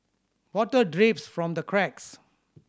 water drips from the cracks